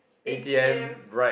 A_T_M